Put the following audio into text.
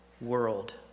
world